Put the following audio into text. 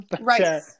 right